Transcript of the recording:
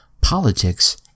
politics